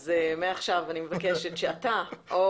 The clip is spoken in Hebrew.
אז מעכשיו אני מבקשת שאתה או